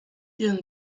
ihren